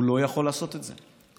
הוא לא יכול לעשות את זה,